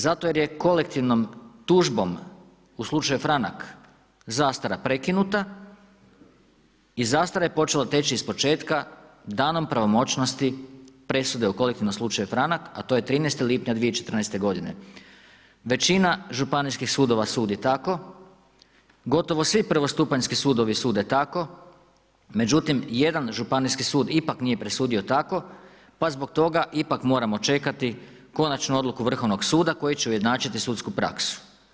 Zato što je kolektivnom službom, u slučaju franak zastara prekinuta i zastara je počela teći iz početka danom pravomoćnosti presude u kolektivnom slučaju franak, a to je 13. lipnja 2014. g. Većina županijskih sudova sudi tako, gotovo svi prvostupanjski sudovi sude tako, međutim, jedan županijski sud ipak nije presudio tako, pa zbog toga ipak moramo čekati konačnog odluku vrhovnog suda, koji će ujednačiti sudsku praksu.